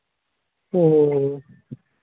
ᱦᱮᱸ